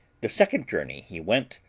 the second journey he went,